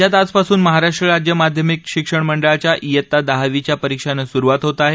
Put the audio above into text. राज्यात आजपासून महाराष्ट्र राज्य माध्यमिक शिक्षण मंडळाच्या वित्ता दहावीच्या परीक्षांना सुरुवात होत आहे